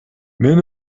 мен